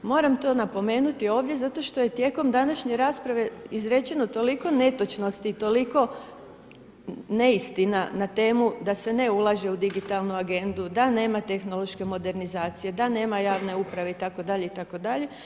Moram to napomenuti ovdje zato što je tijekom današnje rasprave izrečeno toliko netočnosti, toliko neistina na temu da se ne ulaže u Digitalnu agendu, da nema tehnološke modernizacije, da nema javne uprave itd. itd.